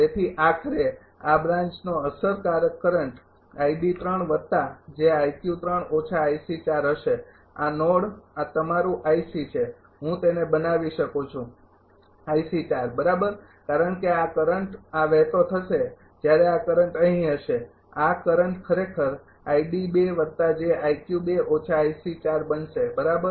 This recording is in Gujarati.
તેથી આખરે આ બ્રાન્ચનો અસરકારક કરંટ હશે આ નોડ આ તમારું છે હું તેને બનાવી શકું છુ બરાબર કારણ કે આ કરંટ આ વહેતો થશે જ્યારે આ કરંટ અહીં હશે આ કરંટ ખરેખર બનશે બરાબર